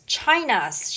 China's